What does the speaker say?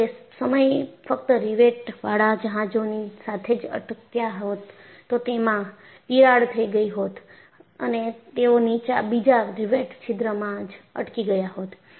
જો તે સમયે ફક્ત રિવેટવાળા જહાજોની સાથે જ અટક્યા હોત તો તેમાં તિરાડ થઈ ગઈ હોત અને તેઓ બીજા રિવેટ છિદ્રમાં જ અટકી ગયા હોત